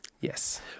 Yes